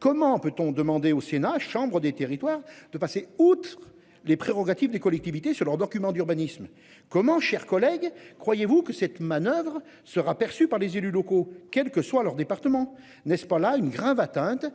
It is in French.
Comment peut-on demander au sénat chambre des territoires de passer outre les prérogatives des collectivités sur leur document d'urbanisme comment chers collègues. Croyez-vous que cette manoeuvre sera perçu par les élus locaux quelle que soit leur département, n'est-ce pas là une grave atteinte